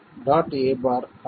a' c'